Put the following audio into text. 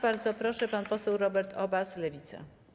Bardzo proszę, pan poseł Robert Obaz, Lewica.